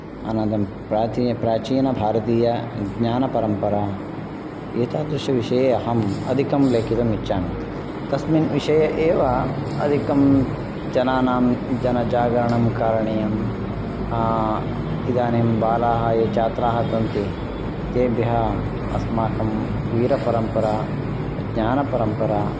अनन्तरं प्राची प्राचीनभारतीयज्ञानपरम्परा एतादृशविषये अहम् अधिकं लेखितुम् इच्छामि तस्मिन् विषये एव अधिकं जनानां जनजागरणं कारणीयं इदानीं बालाः ये छात्राः सन्ति तेभ्यः अस्माकं वीरपरम्परा ज्ञानपरम्परा